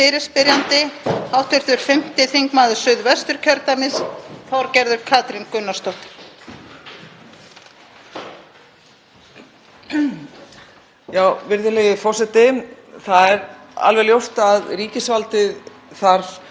Virðulegi forseti. Það er alveg ljóst að ríkisvaldið þarf stundum að fara í málaferli, standa í dómsmálum til að verja heildarhagsmuni, verja hagsmuni ríkissjóðs, verja hagsmuni þjóðarinnar.